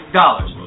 dollars